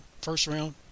first-round